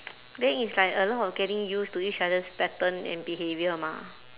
then it's like a lot of getting used to each other's pattern and behaviour mah